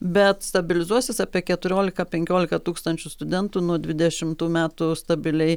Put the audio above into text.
bet stabilizuosis apie keturiolika penkiolika tūkstančių studentų nuo dvidešimtų metų stabiliai